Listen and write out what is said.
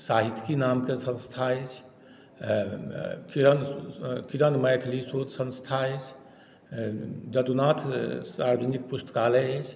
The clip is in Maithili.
साहित्यिकी नामक संस्था अछि किरण किरण मैथिली शोध संस्था अछि यदुनाथ आधुनिक पुस्तकालय अछि